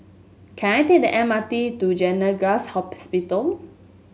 can I take the M R T to Gleneagles Hospital